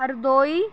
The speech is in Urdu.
ہردوئی